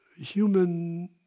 human